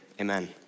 amen